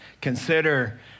consider